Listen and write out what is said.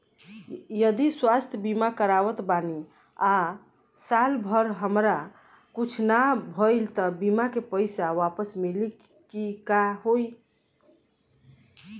जदि स्वास्थ्य बीमा करावत बानी आ साल भर हमरा कुछ ना भइल त बीमा के पईसा वापस मिली की का होई?